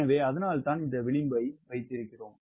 எனவே அதனால்தான் இந்த விளிம்பை வைத்திருக்கிறோம்